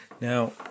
Now